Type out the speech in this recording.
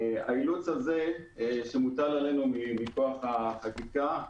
האילוץ הזה שמוטל עלינו מכוח החקיקה,